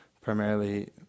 primarily